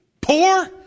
poor